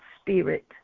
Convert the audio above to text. spirit